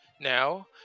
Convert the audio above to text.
Now